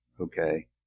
okay